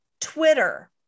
Twitter